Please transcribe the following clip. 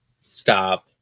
Stop